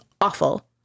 awful